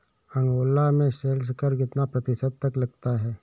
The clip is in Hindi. अंगोला में सेल्स कर कितना प्रतिशत तक लगता है?